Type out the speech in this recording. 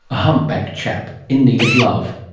a humpback chap, in need of love.